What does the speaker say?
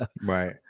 Right